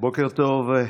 בוקר טוב.